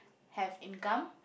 have income